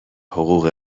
حقوق